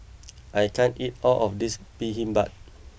I can't eat all of this Bibimbap